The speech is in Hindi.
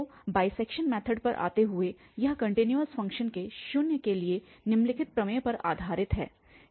तो बाइसैक्शन मैथड पर आते हुए यह कन्टिन्यूअस फंक्शन के शून्य के लिए निम्नलिखित प्रमेय पर आधारित है